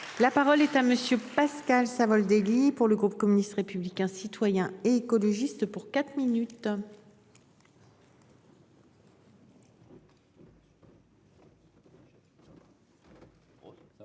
La parole est à monsieur Pascal Savoldelli. Pour le groupe communiste, républicain, citoyen et écologiste pour quatre minutes.